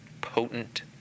potent